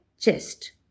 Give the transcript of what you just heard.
chest